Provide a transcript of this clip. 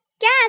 gas